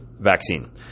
vaccine